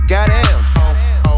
Goddamn